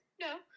No